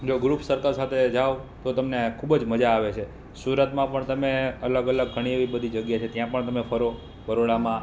જો group circle સાથે જાઓ તો તમને ખૂબ જ મજા આવે છે સુરતમાં પણ તમે અલગ અલગ ઘણી એવી બધી જગ્યા છે ત્યાં પણ તમે ફરો બરોડામાં